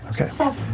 okay